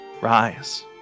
Rise